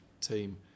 team